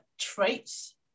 traits